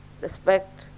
respect